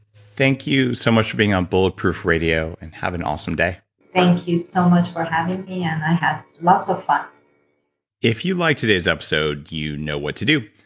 thank you so much for being on bulletproof radio. and have an awesome day thank you so much for having me and i had lots of fun if you liked today's episode, you know what to do.